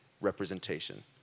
representation